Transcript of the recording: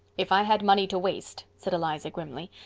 if i had money to waste, said eliza grimly,